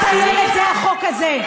טובת הילד זה החוק הזה.